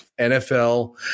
NFL